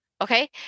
Okay